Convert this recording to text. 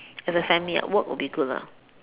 as a family uh walk would be good lah